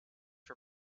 for